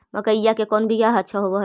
मकईया के कौन बियाह अच्छा होव है?